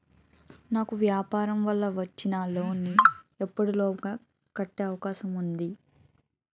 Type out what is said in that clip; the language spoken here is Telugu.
నాకు వ్యాపార వల్ల వచ్చిన లోన్ నీ ఎప్పటిలోగా కట్టే అవకాశం ఉంది?